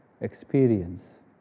experience